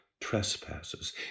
trespasses